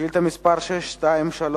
שאילתא מס' 623,